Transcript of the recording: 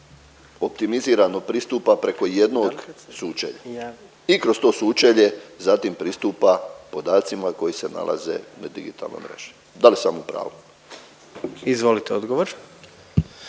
optimizirano pristupa preko jednog sučelja i kroz to sučelje zatim pristupa podacima koji se nalaze na digitalnoj mreži. Da li sam u pravu? **Jandroković,